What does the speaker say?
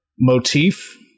Motif